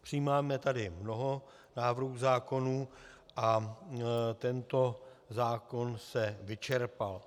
Přijímáme tady mnoho návrhů zákonů a tento zákon se vyčerpal.